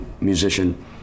musician